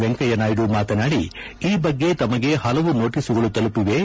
ವೆಂಕಯ್ಯನಾಯ್ದು ಮಾತನಾದಿ ಈ ಬಗ್ಗೆ ತಮಗೆ ಹಲವು ನೊಟೀಸುಗಳು ತಲುಪಿವೆ